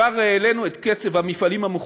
כבר העלינו את שיעור חיבור המפעלים,